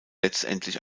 letztlich